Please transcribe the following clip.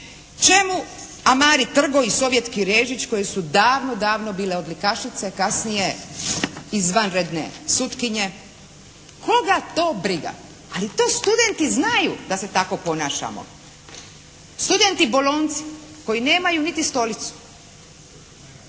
Čime Amari Trgo i Sovjeti Režić koje su davno, davno bile odlikašice kasnije izvanredne sutkinje koga to briga? Ali to studenti znaju da se tako ponašamo. Studenti bolonjci koji nemaju niti stolicu,